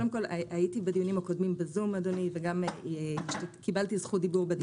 הייתי בדיונים הקודמים וגם קיבלתי זכות דיבור.